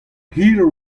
hir